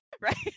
right